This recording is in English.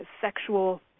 sexual